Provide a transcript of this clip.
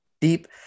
deep